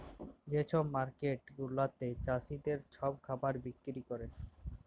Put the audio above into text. যে ছব মার্কেট গুলাতে চাষীদের ছব খাবার বিক্কিরি ক্যরে